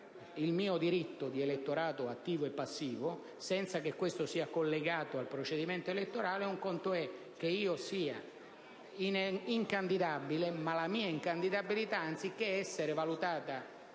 il mio diritto di elettorato attivo e passivo, senza che questo sia collegato al procedimento elettorale; altro conto è che io sia incandidabile, ma la mia incandidabilità, anziché essere valutata